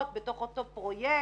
מה שצריך להיות בתוך אותו פרויקט,